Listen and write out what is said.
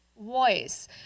voice